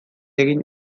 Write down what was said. egin